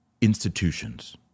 institutions